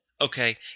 Okay